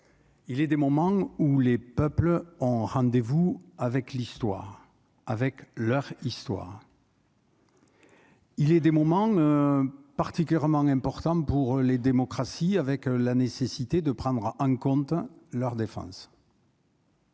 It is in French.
il est des moments où les peuples ont rendez-vous avec l'histoire avec leur histoire. Il est des moments particulièrement important pour les démocraties avec la nécessité de prendre en compte leur défense.